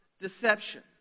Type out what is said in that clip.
deception